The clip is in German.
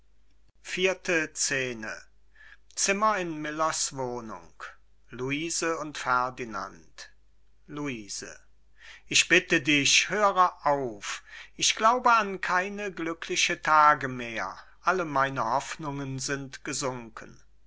vierte scene zimmer in millers wohnung luise und ferdinand luise ich bitte dich höre auf ich glaube an keine glücklichen tage mehr alle meine hoffnungen sind gesunken